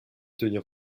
tenir